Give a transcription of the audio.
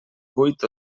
vuit